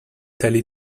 telly